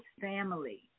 family